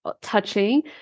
touching